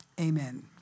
Amen